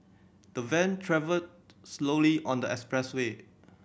the van travelled slowly on the expressway